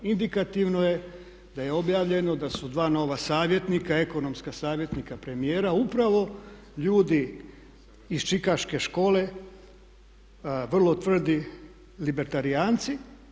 Indikativno je da je objavljeno da su dva nova savjetnika, ekonomska savjetnika premijera upravo ljudi iz čikaške škole vrlo tvrdi libertarijanci.